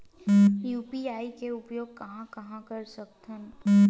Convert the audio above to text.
UPI के उपयोग कहां कहा कर सकत हन?